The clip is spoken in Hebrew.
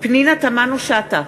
פנינה תמנו-שטה,